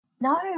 No